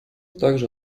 также